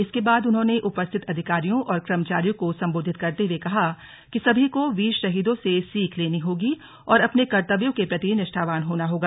इसके बाद उन्होंने उपस्थित अधिकारियों और कर्मचारियों को सम्बोधित करते हुए कहा कि सभी को वीर शहीदों से सीख लेनी होगी और अपने कर्त्तव्यों के प्रति निष्ठावान होना होगा